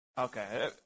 Okay